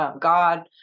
god